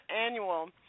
annual